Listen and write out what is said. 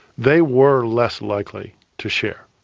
they were less likely to share.